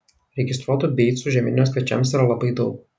registruotų beicų žieminiams kviečiams yra labai daug